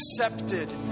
accepted